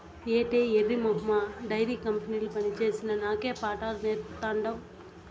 ఏటే ఎర్రి మొహమా డైరీ కంపెనీల పనిచేసిన నాకే పాఠాలు నేర్పతాండావ్